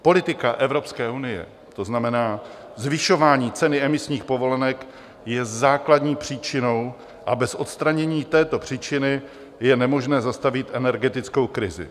Politika Evropské unie, to znamená zvyšování ceny emisních povolenek, je základní příčinou a bez odstranění této příčiny je nemožné zastavit energetickou krizi.